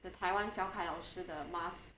the 台湾小凯老师的 mask